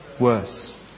worse